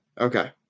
Okay